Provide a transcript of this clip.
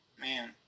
man